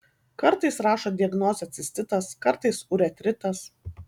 kartais rašo diagnozę cistitas kartais uretritas